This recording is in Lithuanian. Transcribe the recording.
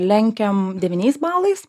lenkiam devyniais balais